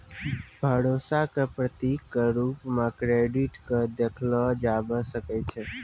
भरोसा क प्रतीक क रूप म क्रेडिट क देखलो जाबअ सकै छै